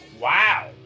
wow